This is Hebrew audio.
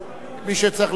מי שצריך להודות לו.